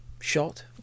shot